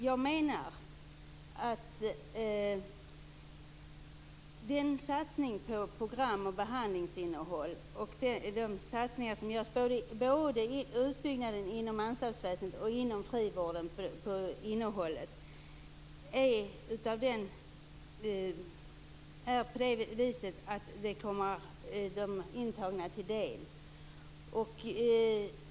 Jag menar att de satsningar som görs i utbyggnaden inom anstaltsväsendet och inom frivården på innehållet är sådana att de kommer de intagna till del.